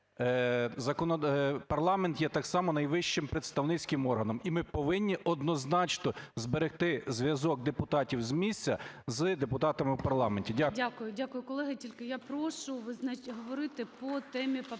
Дякую. Дякую. Колеги, тільки я прошу говорити по темі поправок,